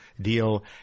deal